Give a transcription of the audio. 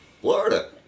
Florida